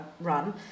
run